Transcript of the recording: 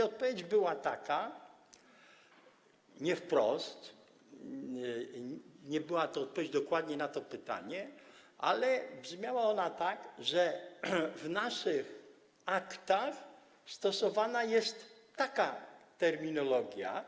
Odpowiedź była taka nie wprost, nie była to odpowiedź dokładnie na to pytanie, ale brzmiała ona tak, że w naszych aktach stosowana jest taka terminologia.